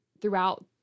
throughout